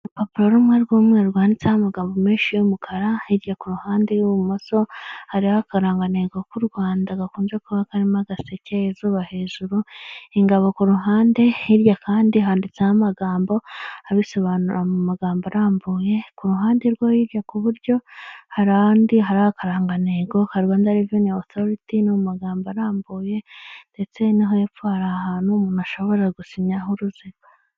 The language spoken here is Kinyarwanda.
Urupapuro rumwe rw'umweru rwanditseho amagambo menshi y'umukara hirya kuru ruhande rw'ibumoso hariho akarangagantego ku rwanda gakunze kuba karimo agaseke, izuba hejuru, ingabo ku ruhande, hirya kandi handitseho amagambo abisobanura mu magambo arambuye, ku ruhande rwo hirya kuburyo hari ahandi, hari akarangantego ka rwanda reveni otoriti mu magambo arambuye ndetse hepfo hari ahantu umuntu ashobora gusinyaho uruziga.